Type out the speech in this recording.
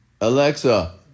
Alexa